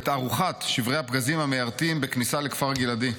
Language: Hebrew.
ותערוכת שברי הפגזים והמיירטים בכניסה לכפר גלעדי.